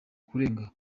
kurenga